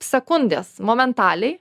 sekundės momentaliai